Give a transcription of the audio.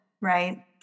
right